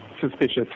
Suspicious